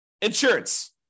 insurance